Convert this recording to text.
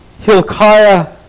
Hilkiah